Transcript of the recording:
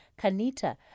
kanita